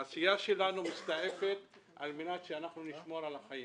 העשייה שלנו מסתעפת על מנת שאנחנו נשמור על החיים.